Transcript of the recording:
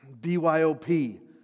BYOP